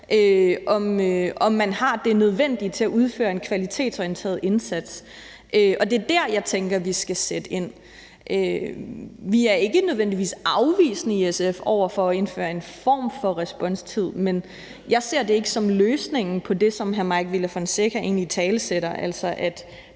om man har det nødvendige til at udføre en kvalitetsorienteret indsats. Og det er der, jeg tænker vi skal sætte ind. Vi er ikke nødvendigvis afvisende i SF over for at indføre en form for responstid, men jeg ser det ikke som løsningen på det, som hr. Mike Villa Fonseca egentlig italesætter, altså at